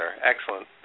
Excellent